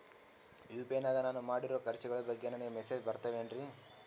UPI ನಾಗ ನಾನು ಮಾಡಿರೋ ಖರ್ಚುಗಳ ಬಗ್ಗೆ ನನಗೆ ಮೆಸೇಜ್ ಬರುತ್ತಾವೇನ್ರಿ?